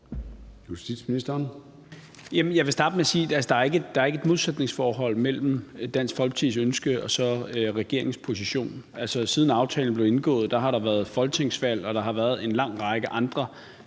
Jeg vil starte med at sige, at der ikke er et modsætningsforhold mellem Dansk Folkepartis ønske og så regeringens position. Altså, siden aftalen blev indgået, har der været folketingsvalg, og der har været en